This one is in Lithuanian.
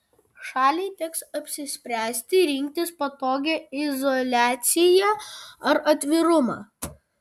šaliai teks apsispręsti rinktis patogią izoliaciją ar atvirumą